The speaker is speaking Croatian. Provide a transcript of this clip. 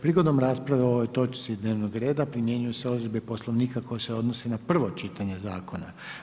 Prigodom rasprave o ovoj točci dnevnog reda primjenjuju se odredbe Poslovnika koje se odnose na prvo čitanje zakona.